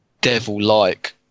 devil-like